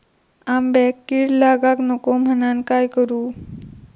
आंब्यक कीड लागाक नको म्हनान काय करू?